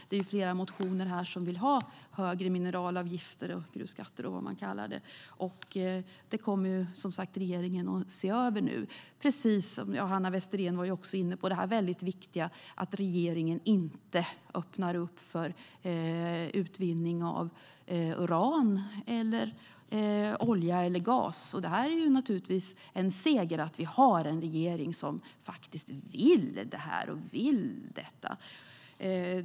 I flera motioner föreslår man högre mineralavgifter, gruvskatter eller vad man kallar det. Det kommer regeringen nu att se över. Hanna Westerén var också inne på det mycket viktiga att regeringen inte öppnar upp för utvinning av uran, olja eller gas. Det är naturligtvis en seger att vi har en regering som faktiskt vill detta.